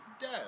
dead